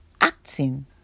acting